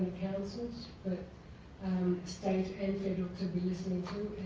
councils, but state and federal to be listening to.